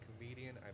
comedian